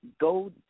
go